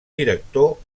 director